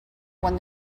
one